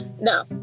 No